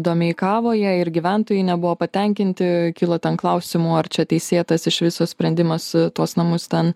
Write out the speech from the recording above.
domeikavoje ir gyventojai nebuvo patenkinti kilo ten klausimų ar čia teisėtas iš viso sprendimas tuos namus ten